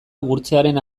gurtzearen